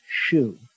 shoe